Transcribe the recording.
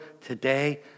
today